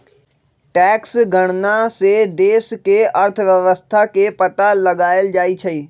tax गणना से देश के अर्थव्यवस्था के पता लगाएल जाई छई